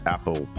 Apple